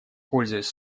пользуясь